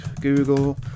Google